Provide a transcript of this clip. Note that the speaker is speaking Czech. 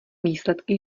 výsledky